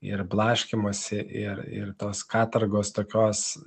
ir blaškymosi ir ir tos katorgos tokios